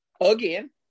again